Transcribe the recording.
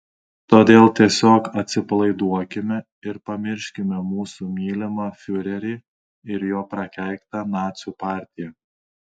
todėl tiesiog atsipalaiduokime ir pamirškime mūsų mylimą fiurerį ir jo prakeiktą nacių partiją